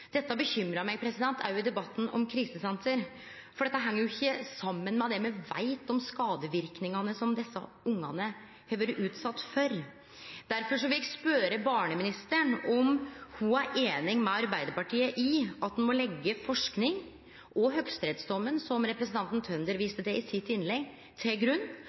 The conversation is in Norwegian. Dette bekymrar meg òg i debatten om krisesenter, for dette heng ikkje saman med det me veit om skadeverknadene som desse ungane har vore utsette for. Derfor vil eg spørje barneministeren om ho er einig med Arbeidarpartiet i at ein må leggje forsking og høgsterettsdommen som representanten Tønder viste til i innlegget sitt, til grunn,